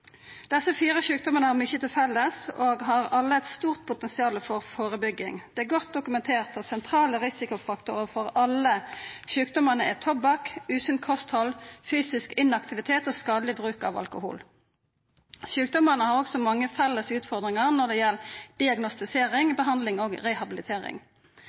Desse fire sjukdommane har mykje til felles og har alle eit stort potensial for førebygging. Det er godt dokumentert at sentrale risikofaktorar for alle sjukdommane er tobakk, usunt kosthald, fysisk inaktivitet og skadeleg bruk av alkohol. Sjukdommane har også mange felles utfordringar når det gjeld diagnostisering, behandling og rehabilitering.